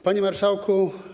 Panie Marszałku!